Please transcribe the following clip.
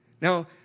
Now